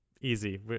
easy